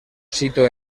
sito